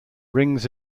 rings